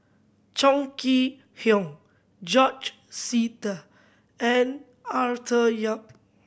Chong Kee Hiong George Sita and Arthur Yap